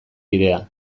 bidea